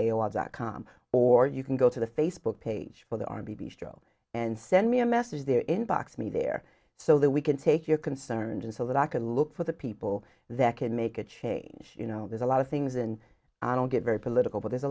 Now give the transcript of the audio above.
lot dot com or you can go to the facebook page for the r b b show and send me a message there inbox me there so that we can take your concerns and so that i can look for the people that can make a change you know there's a lot of things and i don't get very political but there's a